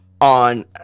on